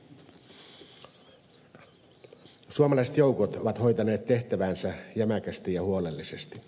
suomalaiset joukot ovat hoitaneet tehtäväänsä jämäkästi ja huolellisesti